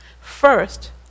First